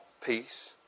peace